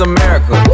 America